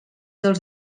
dels